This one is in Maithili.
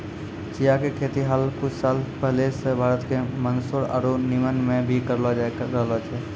चिया के खेती हाल कुछ साल पहले सॅ भारत के मंदसौर आरो निमच मॅ भी करलो जाय रहलो छै